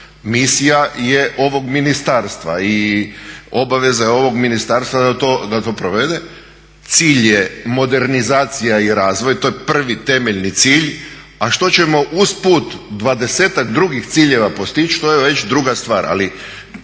Misija je ovog ministarstva i obaveza je ovog ministarstva da to provede, cilj je modernizacija i razvoj, to je prvi i temeljni cilj, a što ćemo usput dvadesetak drugih ciljeva postići to je već druga stvar.